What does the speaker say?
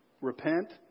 repent